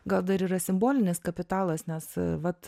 gal dar yra simbolinis kapitalas nes vat